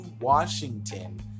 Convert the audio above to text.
Washington